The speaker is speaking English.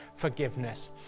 Forgiveness